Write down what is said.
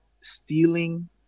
stealing